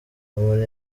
umuntu